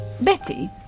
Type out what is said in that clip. Betty